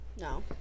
No